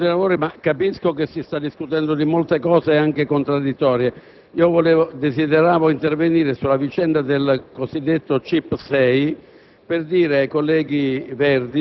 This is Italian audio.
sull'ordine dei lavori,